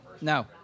No